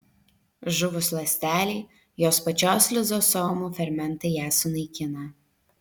žuvus ląstelei jos pačios lizosomų fermentai ją sunaikina